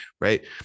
right